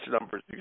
numbers